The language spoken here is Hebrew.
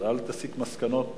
אז אל תסיק מסקנות ממקום,